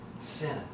sin